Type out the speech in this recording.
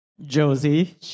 Josie